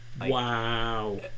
Wow